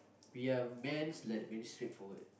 we are men like very straightforward